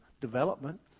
development